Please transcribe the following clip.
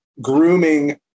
grooming